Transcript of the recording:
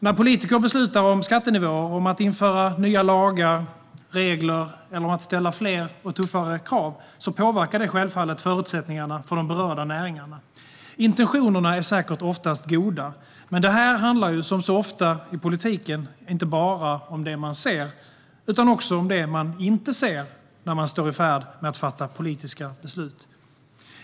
När politiker beslutar om nya skattenivåer, om att införa nya lagar och regler eller om att ställa fler och tuffare krav påverkar det självfallet förutsättningarna för de berörda näringarna. Intentionerna är säkert oftast goda, men det här handlar - som så ofta i politiken - inte bara om det man ser utan också om det man inte ser när man ska fatta politiska beslut.